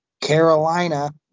Carolina